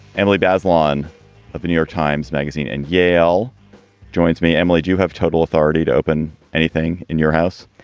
emily bazelon of the new york times magazine and yale joins me. emily, do you have total authority to open anything in your house?